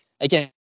again